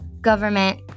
government